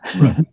Right